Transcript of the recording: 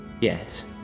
Yes